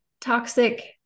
toxic